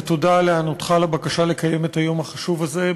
ותודה על היענותך לבקשה לקיים את היום החשוב הזה.